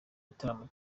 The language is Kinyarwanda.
gitaramo